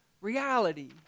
reality